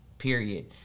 Period